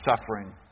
suffering